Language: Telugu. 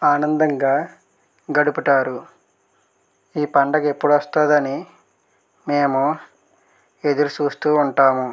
ఆనందంగా గడుపుతారు ఈ పండుగ ఎప్పుడు వస్తుం దని మేము ఎదురుచూస్తూ వుంటాము